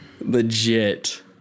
Legit